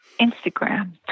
Instagram